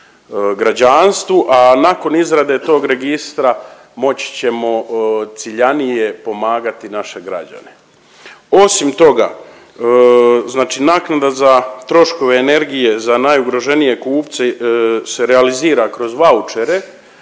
građanstvu, a nakon izrade tog registra moći ćemo ciljanije pomagati naše građane. Osim toga, znači naknada za troškove energije za najugroženije kupce se realizira kroz vaučere